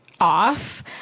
off